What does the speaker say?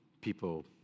people